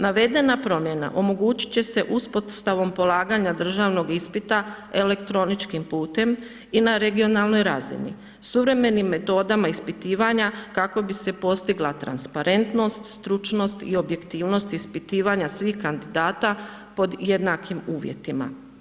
Navedena promjena omogućiti će se uspostavom polaganja državnom ispita elektroničkim putem i na regionalnoj razini, suvremenim metodama ispitivanja, kako bi se postigla transparentnost, stručnost i objektivnost ispitivanja svih kandidata pod jednakim uvjetima.